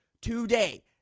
today